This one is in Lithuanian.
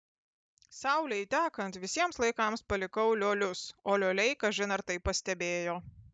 saulei tekant visiems laikams palikau liolius o lioliai kažin ar tai pastebėjo